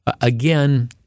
again